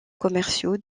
commerciaux